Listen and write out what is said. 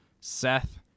Seth